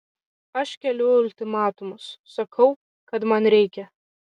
aš keliu ultimatumus sakau kad man reikia